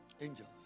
Angels